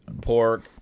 pork